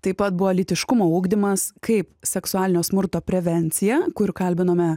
taip pat buvo lytiškumo ugdymas kaip seksualinio smurto prevencija kur kalbinome